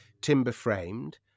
timber-framed